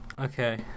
Okay